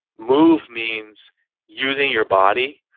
move means using your body,